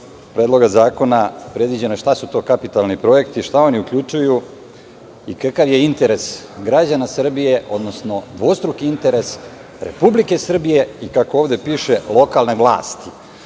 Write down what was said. Predloga zakona predviđeno je šta su to kapitalni projekti, šta oni uključuju i kakav je interes građana Srbije, odnosno dvostruki interes Republike Srbije i kako ovde piše lokalne vlasti.